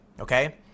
okay